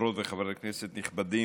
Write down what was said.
חברות וחברי כנסת נכבדים,